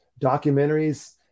Documentaries